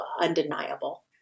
undeniable